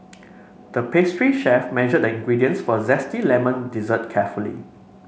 the pastry chef measured the ingredients for a zesty lemon dessert carefully